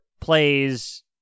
plays